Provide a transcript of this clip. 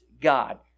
God